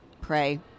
pray